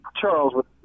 Charles